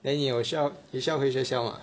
then 你有需要你需要回学校吗